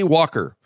Walker